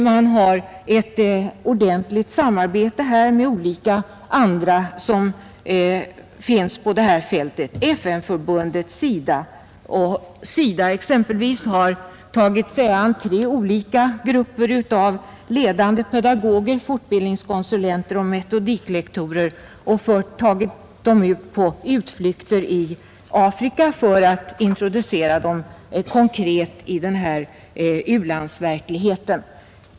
Man har utvecklat ett samarbete med olika andra organ som finns på detta fält, t.ex. FN-förbundet och SIDA. SIDA har tagit sig an tre olika grupper av ledande pedagoger, fortbildningskonsulenter och metodiklektorer och låtit dem göra utflykter i Afrika för att introducera dem konkret i u-landsverkligheten.